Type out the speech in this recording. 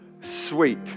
Sweet